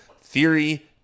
Theory